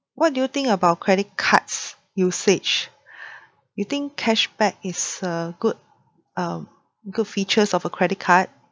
what do you think about credit cards usage you think cashback is a good um good features of a credit card